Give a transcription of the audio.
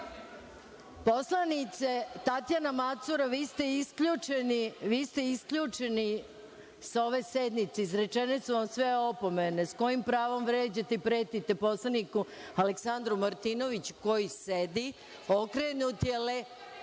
prođem?)Poslanice Tatjana Macura, vi ste isključeni sa ove sednice. Izrečene su sve opomene. Sa kojim pravom vređate i pretite poslaniku Aleksandru Martinoviću koji sedi, okrenut je